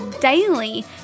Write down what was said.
daily